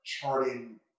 Charting